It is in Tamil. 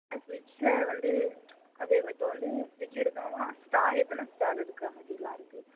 ஃப்ரிட்ஜை வந்து அது இப்போ வந்து ஃப்ரிட்ஜ் எடுக்கணும்ன்னால் ஸ்டாரு எத்தனை ஸ்டார் இருக்கிற மாதிரிலாம் இருக்குது